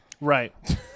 Right